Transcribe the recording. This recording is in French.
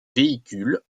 véhicule